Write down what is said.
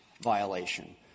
violation